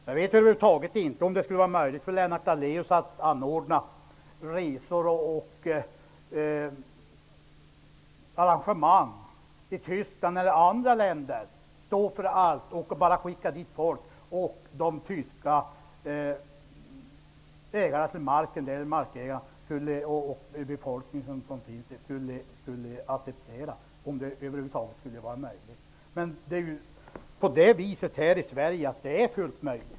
Jag vet inte om det över huvud taget skulle vara möjligt för t.ex. Lennart Daléus att anordna resor och evenemang i Tyskland eller i andra länder, stå för allt, bara skicka dit folk och få de tyska markägarna och befolkningen att acceptera detta. Här i Sverige är det fullt möjligt.